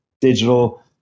digital